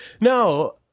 No